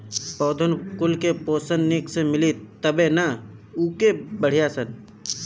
पौधन कुल के पोषन निक से मिली तबे नअ उ के बढ़ीयन सन